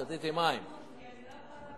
כי אני לא יכולה לעמוד נגד הממשלה.